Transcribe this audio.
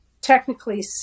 technically